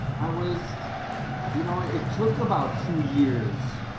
i was you know, it took about two years,